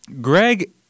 Greg